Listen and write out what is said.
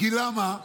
למה?